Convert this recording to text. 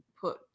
put –